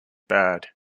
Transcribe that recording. bad